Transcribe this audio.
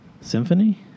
Symphony